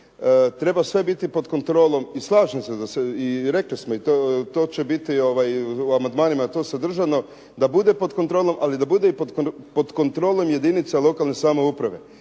Treba biti sve pod kontrolom i slažem se i rekli smo to. To će biti u amandmanima i sadržano da bude pod kontrolom ali da bude i pod kontrolom jedinica lokalne samouprave.